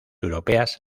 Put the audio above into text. europeas